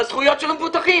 בזכויות של המבוטחים.